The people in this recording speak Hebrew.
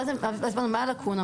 מה הלקונה?